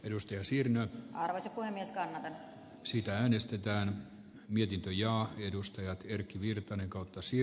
edustaja sir charles puhemieskannan siitä äänestetään mihin ja edustaja erkki virtanen kaksi